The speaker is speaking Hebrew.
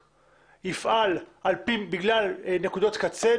שהחוק יפעל בגלל נקודות קצה,